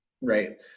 Right